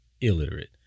illiterate